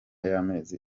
y’amezi